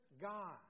God